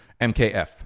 MKF